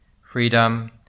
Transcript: freedom